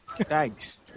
Thanks